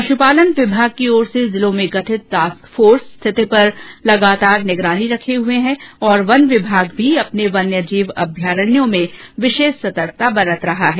पश्पालन विभाग की ओर से जिलों में गठित टास्क फोर्स स्थिति पर निरन्तर निगरानी रखे हये है और वन विमाग भी अपने वन्य जीव अभ्यारण्यों में विशेष सतर्कता बरत रहा है